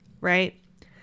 right